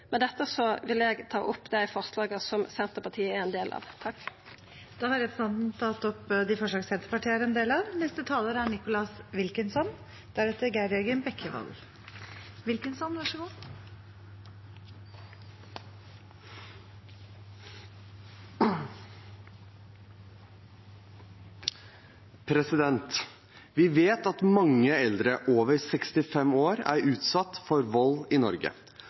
med. Med dette vil eg ta opp dei forslaga som Senterpartiet er med på. Da har representanten Kjersti Toppe tatt opp de forslagene hun refererte til. Vi vet at mange eldre over 65 år er utsatt for vold i